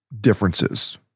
Differences